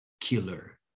killer